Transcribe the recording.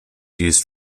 used